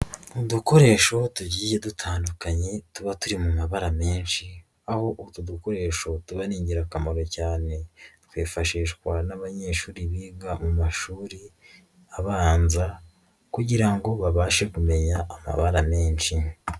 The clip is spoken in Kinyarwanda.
Udukoresho tugiye dutandukanye tuba turi mu mabara menshi aho utu dukoresho tuba ari ingirakamaro cyane, twifashishwa n'abanyeshuri biga mu mashuri abanza kugira ngo babashe kumenya amabara menshi.